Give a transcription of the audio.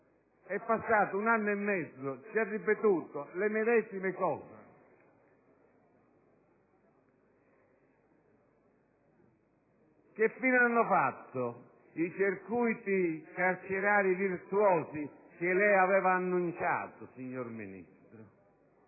É passato un anno e mezzo e ci ha ripetuto le medesime frasi. Che fine hanno fatto i circuiti carcerari virtuosi che lei aveva annunciato, signor Ministro?